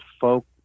folk